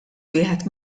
wieħed